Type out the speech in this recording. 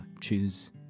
choose